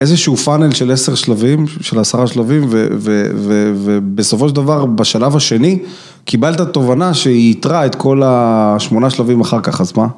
איזשהו פאנל של עשר שלבים, של עשרה שלבים, ובסופו של דבר בשלב השני קיבלת תובנה שיתרה את כל השמונה שלבים אחר כך, אז מה?